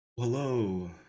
Hello